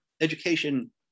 education